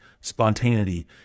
spontaneity